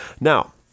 Now